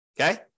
Okay